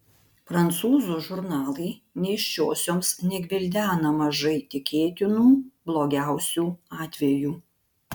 prancūzų žurnalai nėščiosioms negvildena mažai tikėtinų blogiausių atvejų